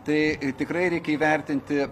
tai tikrai reikia įvertinti